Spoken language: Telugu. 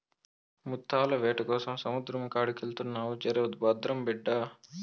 ముత్తాల వేటకోసం సముద్రం కాడికెళ్తున్నావు జర భద్రం బిడ్డా